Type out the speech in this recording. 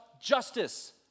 justice